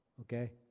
Okay